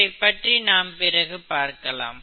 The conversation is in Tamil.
இதைப்பற்றி நாம் பிறகு பார்க்கலாம்